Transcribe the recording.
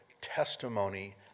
testimony